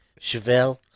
Chevelle